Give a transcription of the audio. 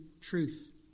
truth